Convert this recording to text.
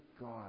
God